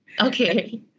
Okay